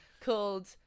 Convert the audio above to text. called